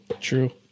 true